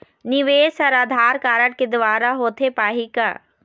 निवेश हर आधार कारड के द्वारा होथे पाही का?